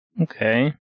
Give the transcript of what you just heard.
Okay